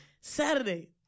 Saturday